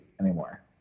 anymore